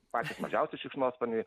patys mažiausi šikšnosparniai